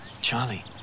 Charlie